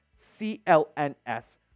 clns